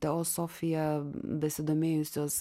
teosofija besidomėjusios